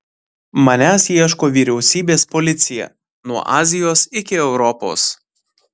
manęs ieško vyriausybės policija nuo azijos iki europos